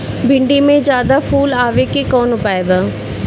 भिन्डी में ज्यादा फुल आवे के कौन उपाय बा?